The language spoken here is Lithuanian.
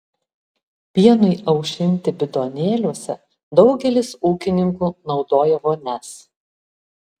pienui aušinti bidonėliuose daugelis ūkininkų naudoja vonias